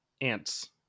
Ants